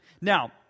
Now